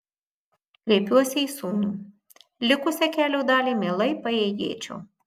kreipiuosi į sūnų likusią kelio dalį mielai paėjėčiau